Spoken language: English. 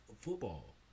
football